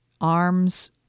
Arms